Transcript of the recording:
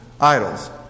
idols